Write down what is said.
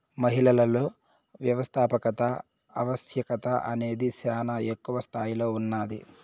మహిళలలో వ్యవస్థాపకత ఆవశ్యకత అనేది శానా ఎక్కువ స్తాయిలో ఉన్నాది